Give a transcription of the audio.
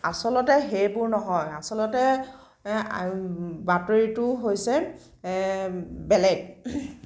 আচলতে সেইবোৰ নহয় আচলতে বাতৰিটো হৈছে বেলেগ